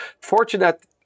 fortunate